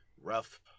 rough